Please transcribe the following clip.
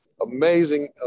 amazing